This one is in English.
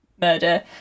murder